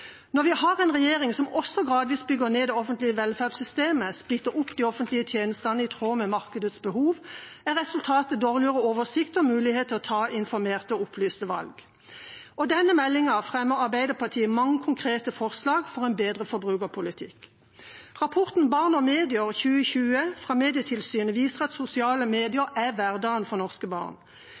Når vi har en regjering som også gradvis bygger ned det offentlige velferdssystemet og splitter opp de offentlige tjenestene i tråd med markedets behov, er resultatet dårligere oversikt og dårligere mulighet til å ta informerte og opplyste valg. I forbindelse med denne meldinga fremmer Arbeiderpartiet mange konkrete forslag for en bedre forbrukerpolitikk. Rapporten Barn og medier 2020 fra Medietilsynet viser at sosiale medier er hverdagen for norske barn.